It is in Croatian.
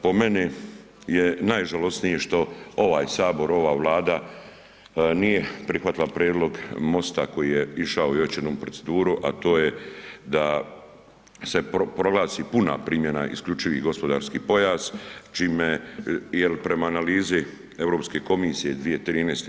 Po meni je najžalosnije što ovaj sabor, ova Vlada nije prihvatila prijedlog MOST-a koji je išao već jednom u proceduru, a to je da se proglasi puna primjena isključivi gospodarski pojas, čime, jel prema analizi Europske komisije iz 2013.